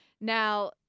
Now